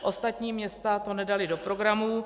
Ostatní města to nedala do programů.